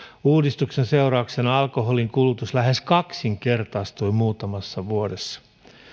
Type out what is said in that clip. uudistuksen seurauksena alkoholinkulutus lähes kaksinkertaistui muutamassa vuodessa